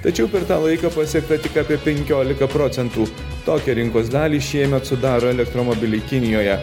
tačiau per tą laiką pasiekta tik apie penkiolika procentų tokią rinkos dalį šiemet sudaro elektromobiliai kinijoje